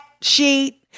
sheet